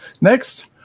next